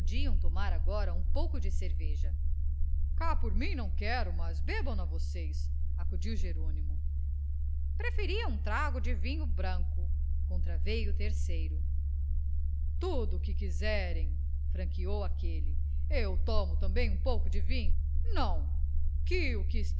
tomar agora um pouco de cerveja cá por mim não quero mas bebam na vocês acudiu jerônimo preferia um trago de vinho branco contraveio o terceiro tudo o que quiserem franqueou aquele eu tomo também um pouco de vinho não que o que